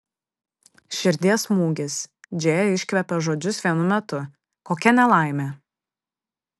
širdies smūgis džėja iškvėpė žodžius vienu metu kokia nelaimė